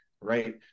Right